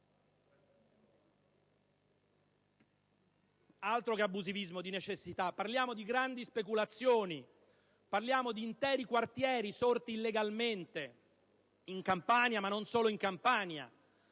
Altro che abusivismo di necessità! Parliamo di grandi speculazioni, di interi quartieri sorti illegalmente, in Campania ma non solo.